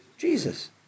Jesus